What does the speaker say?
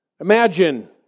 Imagine